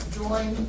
join